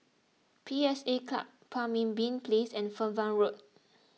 P S A Club Pemimpin Place and Fernvale Road